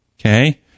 Okay